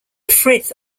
frith